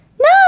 No